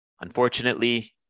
unfortunately